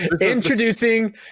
Introducing